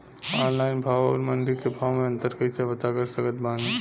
Online भाव आउर मंडी के भाव मे अंतर कैसे पता कर सकत बानी?